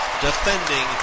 defending